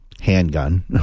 handgun